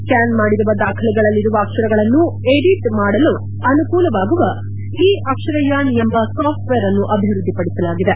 scan ಮಾಡಿರುವ ದಾಖಲೆಗಳಲ್ಲಿರುವ ಅಕ್ಷರಗಳನ್ನು ಎಡಿಟ್ ಮಾಡಲು ಅನುಕೂಲವಾಗುವ ಇ ಅಕ್ಷರಯಾನ್ ಎಂಬ ಸಾಫ್ಲೆವೇರ್ ಅನ್ನು ಅಭಿವೃದ್ದಿಪಡಿಸಲಾಗಿದೆ